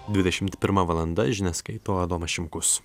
dvidešimt pirma valanda žinias skaito adomas šimkus